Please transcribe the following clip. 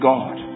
God